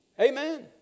Amen